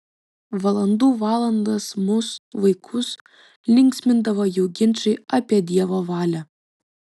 valandų valandas mus vaikus linksmindavo jų ginčai apie dievo valią